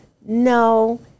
no